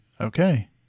okay